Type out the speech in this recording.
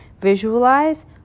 visualize